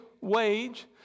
wage